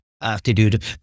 attitude